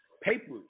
papers